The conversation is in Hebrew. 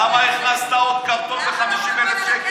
למה הכנסת עוד קרטון ב-50,000 שקלים?